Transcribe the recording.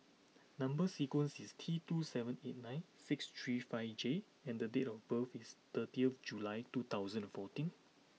number sequence is T two seven eight nine six three five J and the date of birth is thirtieth July two thousand fourteen